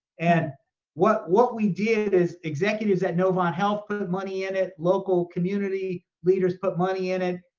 and what what we did is, executives at novant health put money in it, local community leaders put money in it,